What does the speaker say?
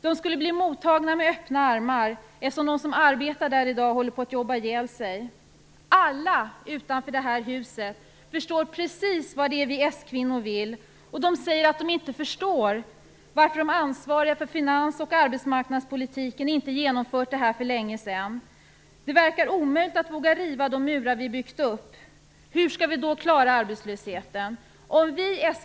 De skulle bli mottagna med öppna armar, eftersom de som arbetar där i dag håller på att jobba ihjäl sig. Alla utanför det här huset förstår precis vad det är vi s-kvinnor vill, och de säger att de inte förstår varför de ansvariga för finans och arbetsmarknadspolitiken inte genomfört detta för länge sedan. Det verkar omöjligt att våga riva de murar vi byggt upp. Hur skall vi då klara arbetslösheten?